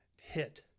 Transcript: hit